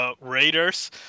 raiders